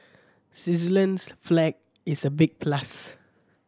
Switzerland's flag is a big plus